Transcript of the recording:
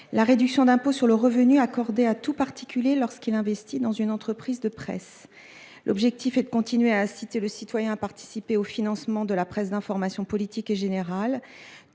la réduction d’impôt sur le revenu accordée à tout particulier lorsque celui ci investit dans une entreprise de presse. L’objectif est de continuer à inciter le citoyen à participer au financement de la presse d’information politique et générale,